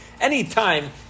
anytime